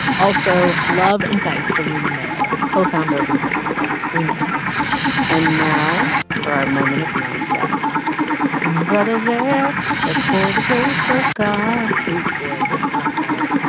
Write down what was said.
also, love and thanks to lulu miller, co-founder of invisibilia. we miss you and now for our moment of non-zen and brother there but for the grace of god oh, boy, this is not going to work